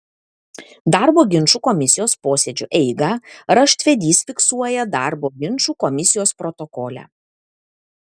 darbo ginčų komisijos posėdžio eigą raštvedys fiksuoja darbo ginčų komisijos protokole